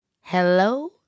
Hello